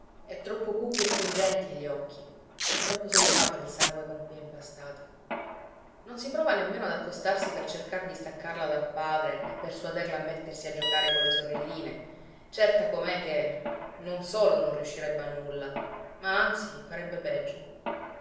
e troppo cupi e pungenti gli occhi e troppo selvaggio il sangue con cui è impastata non si prova nemmeno ad accostarsi per cercar di staccarla dal padre e persuaderla a mettersi a giocare con le sorelline certa com'è che non solo non riuscirebbe a nulla ma anzi farebbe peggio